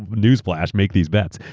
newsflash. make these bets.